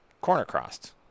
corner-crossed